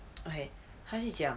okay 她去讲